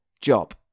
job